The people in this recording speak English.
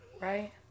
Right